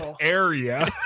area